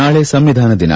ನಾಳೆ ಸಂವಿಧಾನ ದಿನ